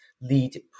Lead